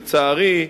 לצערי,